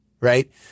right